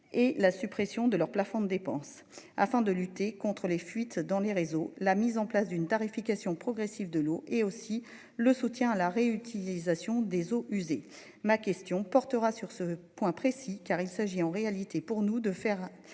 et la suppression de leur plafond de dépenses afin de lutter contres les fuites dans les réseaux, la mise en place d'une tarification progressive de l'eau et aussi le soutien à la réutilisation des eaux usées. Ma question portera sur ce point précis, car il s'agit en réalité pour nous de faire